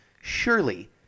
surely